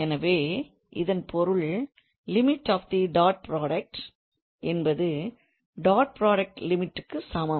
எனவே இதன் பொருள் limit of the dot product என்பது டாட் புராடக்ட் லிமிட்டுக்கு சமம்